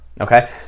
Okay